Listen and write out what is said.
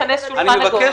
זה רק לכנס שולחן עגול.